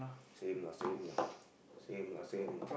same lah same lah same lah same lah